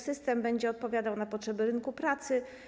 System będzie odpowiadał na potrzeby rynku pracy.